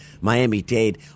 Miami-Dade